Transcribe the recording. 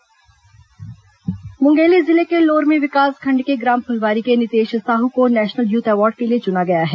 national youth award Mungeli जिले के लोरमी विकासखण्ड के ग्राम फुलवारी के नितेश साहू को नेशनल यूथ अवॉर्ड के लिए चुना गया है